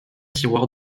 tiroir